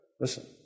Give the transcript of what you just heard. listen